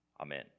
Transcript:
Amen